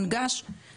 אין שפה אחרת,